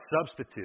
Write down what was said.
substitute